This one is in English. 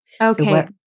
Okay